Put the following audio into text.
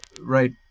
right